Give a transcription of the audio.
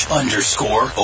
underscore